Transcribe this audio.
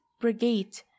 brigade